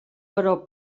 però